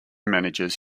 managers